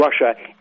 Russia